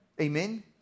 Amen